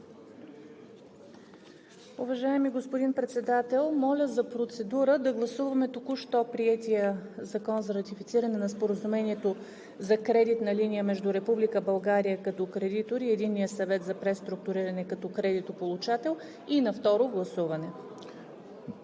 Уважаеми господин Председател, моля за процедура – да гласуваме току-що приетия Закон за ратифициране на Споразумението за кредитна линия между Република България като кредитор и Единния съвет за преструктуриране като кредитополучател и на второ гласуване.